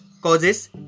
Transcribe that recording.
causes